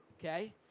okay